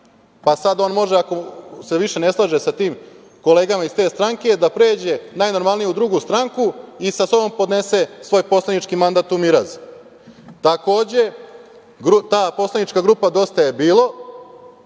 pa sad on može ako se više ne slaže sa tim kolegama iz te stranke da pređe najnormalnije u drugu stranku i sa sobom ponese svoj poslanički mandat u miraz. Takođe, ta poslanička grupa Dosta je bilo,